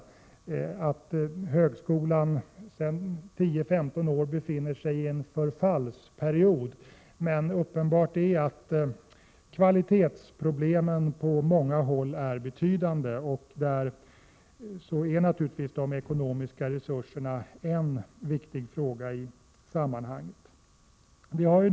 Där sägs att högskolan sedan 10-15 år tillbaka befinner sig i en förfallsperiod. Det är dock uppenbart att kvalitetsproblemen är betydande på många håll. De ekonomiska resurserna är naturligtvis en viktig fråga i sammanhanget.